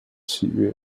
契约